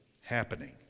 happening